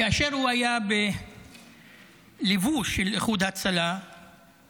כאשר הוא היה בלבוש של איחוד הצלה הוא